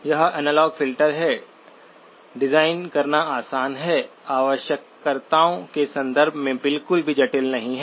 तो यह analogue filter है डिजाइन करना आसान है आवश्यकताओं के संदर्भ में बिल्कुल भी जटिल नहीं है